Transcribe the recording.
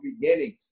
beginnings